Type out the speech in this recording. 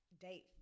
Date